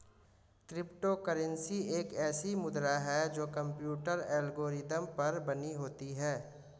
crypto currency एक ऐसी मुद्रा है जो कंप्यूटर एल्गोरिदम पर बनी होती है